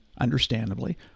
understandably